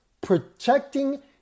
protecting